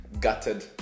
gutted